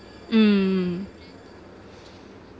mm